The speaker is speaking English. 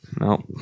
No